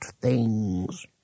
things